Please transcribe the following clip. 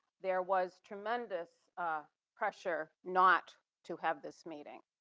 there was tremendous pressure not to have this meeting.